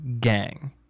gang